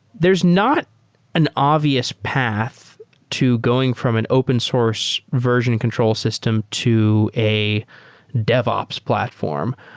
there is not an obvious path to going from an open source version control system to a devops platform.